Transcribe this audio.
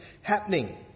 happening